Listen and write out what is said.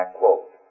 quote